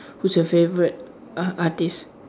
who's your favourite uh artiste